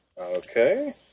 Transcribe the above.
Okay